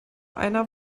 einer